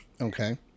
Okay